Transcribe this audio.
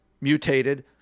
mutated